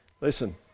Listen